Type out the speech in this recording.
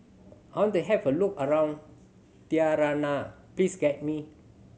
I want to have a look around Tirana please guide me